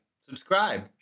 subscribe